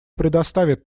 предоставит